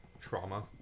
Trauma